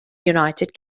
united